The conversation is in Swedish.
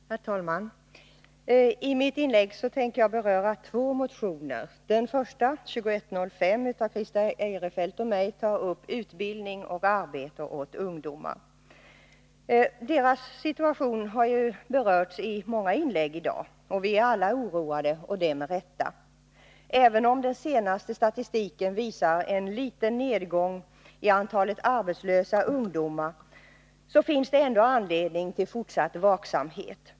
Herr talman! I mitt inlägg skall jag beröra två motioner. Den ena motionen, 2105 av Christer Eirefelt och mig, tar upp utbildning och arbete åt ungdomar. Ungdomarnas situation har berörts i många inlägg i dag. Vi är alla oroade, och det med rätta. Även om den senaste statistiken visar på en liten nedgång i antalet arbetslösa ungdomar finns det anledning till fortsatt vaksamhet.